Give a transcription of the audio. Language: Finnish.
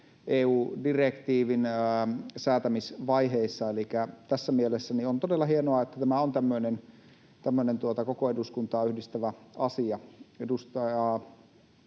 EU-direktiivin säätämisvaiheissa. Elikkä tässä mielessä on todella hienoa, että tämä on tämmöinen koko eduskuntaa yhdistävä asia.